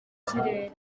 karere